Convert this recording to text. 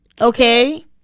Okay